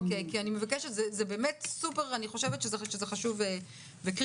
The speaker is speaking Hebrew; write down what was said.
אוקיי, כי אני חושבת שזה באמת סופר חשוב וקריטי.